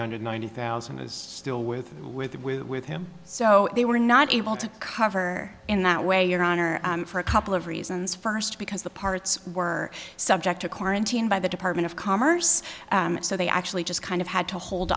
hundred ninety thousand is still with with with him so they were not able to cover in that way your honor for a couple of reasons first because the parts were subject to quarantine by the department of commerce so they actually just kind of had to hold